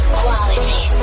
quality